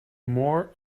more